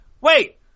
wait